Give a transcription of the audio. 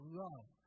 love